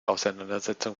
auseinandersetzung